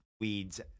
weeds